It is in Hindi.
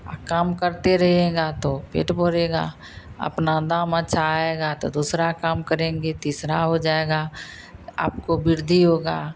अह काम करते रहिएगा तो पेट भरेगा अपना दाम अच्छा आएगा तो दूसरा काम करेंगे तीसरा हो जाएगा तो आपको वृद्धि होगी